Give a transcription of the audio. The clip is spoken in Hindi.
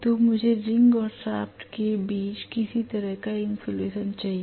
तो मुझे रिंग और शाफ्ट के बीच किसी प्रकार का इन्सुलेशन चाहिए